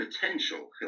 potential